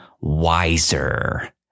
wiser